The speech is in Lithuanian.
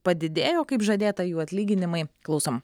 padidėjo kaip žadėta jų atlyginimai klausom